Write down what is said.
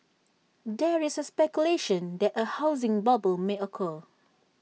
there is speculation that A housing bubble may occur